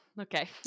Okay